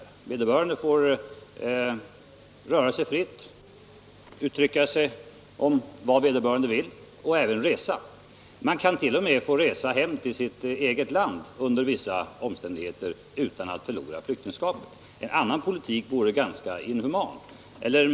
Vederbörande får röra sig fritt, yttra sig om vad vederbörande vill och även resa. Man kan t.o.m. under vissa omständigheter få resa hem till sitt eget land utan att förlora flyktingskapet. En annan politik vore ganska inhuman.